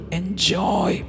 enjoy